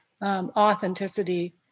Authenticity